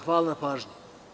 Hvala na pažnji.